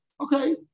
okay